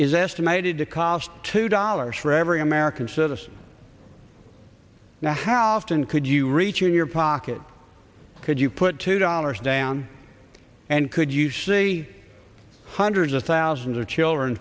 is estimated to cost two dollars for every american citizen now how often could you reach in your pocket could you put two dollars down and could you see hundreds of thousands of children